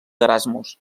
erasmus